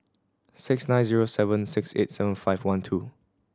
six nine zero seven six eight seven five one two